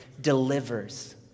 delivers